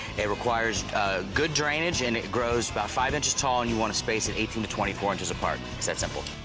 it requires good drainage and it grows about five inches tall, and you want to space it eighteen to twenty four inches apart. it's that simple.